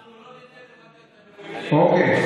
אנחנו לא ניתן, אוקיי.